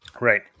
Right